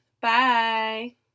Bye